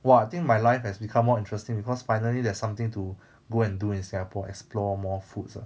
!wah! I think my life has become more interesting because finally there's something to go and do in singapore explore more foods ah